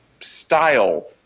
style